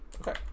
Okay